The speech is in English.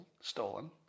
stolen